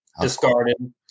discarded